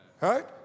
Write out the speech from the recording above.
right